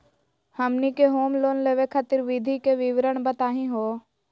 हमनी के home loan लेवे खातीर विधि के विवरण बताही हो?